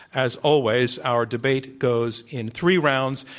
as always, our debate goes in three rounds,